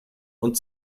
und